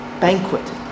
banquet